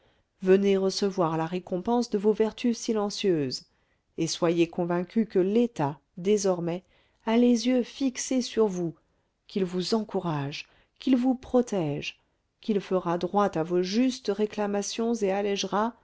venez recevoir la récompense de vos vertus silencieuses et soyez convaincus que l'état désormais a les yeux fixés sur vous qu'il vous encourage qu'il vous protège qu'il fera droit à vos justes réclamations et allégera